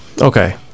okay